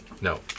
No